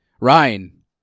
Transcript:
Ryan